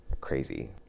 Crazy